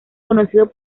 conocido